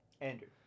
Andrew